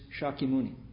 Shakyamuni